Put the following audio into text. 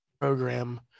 program